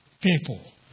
people